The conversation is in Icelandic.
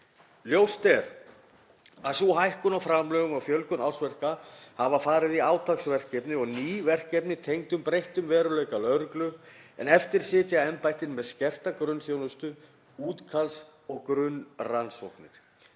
Ljóst er að sú hækkun á framlögum og fjölgun ársverka hefur farið í átaksverkefni og ný verkefni tengd breyttum veruleika lögreglu en eftir sitja embættin með skerta grunnþjónustu útkalls og grunnrannsóknir.